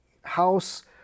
house